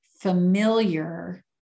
familiar